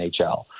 NHL